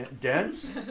dense